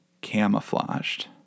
camouflaged